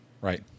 Right